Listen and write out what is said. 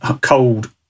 cold